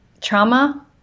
trauma